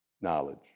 knowledge